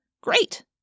Great